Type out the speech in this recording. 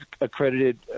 accredited